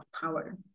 power